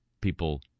people